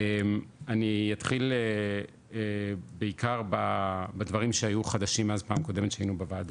אני אתחיל בעיקר בדברים שהיו חדשים מאז הפעם הקודמת שהיינו בוועדה,